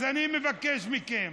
אז אני מבקש מכם